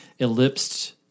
ellipsed